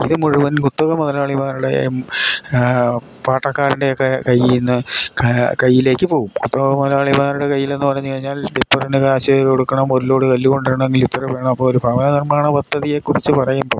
ഇത് മുഴുവൻ കുത്തക മുതലാളിമാരുടെ പാട്ടക്കാരൻ്റെയൊക്ക കൈയിൽ നിന്ന് കൈയിലേക്ക് പോവും കുത്തക മുതലാളിമാരുടെ കൈയിലെന്ന് പറഞ്ഞു കഴിഞ്ഞാൽ ടിപ്പറിന് കാശ് കൊടുക്കണം ഒരു ലോഡ് കല്ല് കൊണ്ടു വരണം ഇത്ര വേണം ഒരു ഭവന നിർമ്മാണ പദ്ധതിയെ കുറിച്ചു പറയുമ്പം